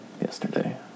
yesterday